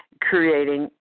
creating